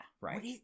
right